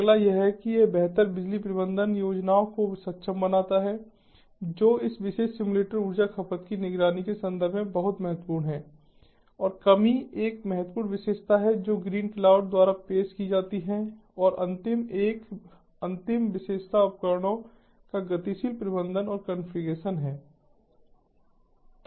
अगला यह है कि बेहतर बिजली प्रबंधन योजनाओं को सक्षम बनाता है जो इस विशेष सिम्युलेटर ऊर्जा खपत की निगरानी के संदर्भ में बहुत महत्वपूर्ण है और कमी एक महत्वपूर्ण विशेषता है जो ग्रीनक्लाउड द्वारा पेश की जाती है और अंतिम एक अंतिम विशेषता उपकरणों का गतिशील प्रबंधन और कॉन्फ़िगरेशन है